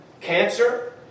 Cancer